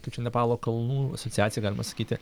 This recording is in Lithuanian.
kaip čia nepalo kalnų asociacija galima sakyti